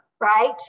right